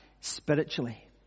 spiritually